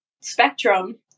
spectrum